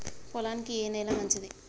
పొలానికి ఏ నేల మంచిది?